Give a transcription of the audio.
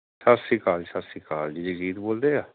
ਸਤਿ ਸ਼੍ਰੀ ਅਕਾਲ ਸਤਿ ਸ਼੍ਰੀ ਅਕਾਲ ਜੀ ਜਗਜੀਤ ਬੋਲਦੇ ਆ